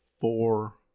four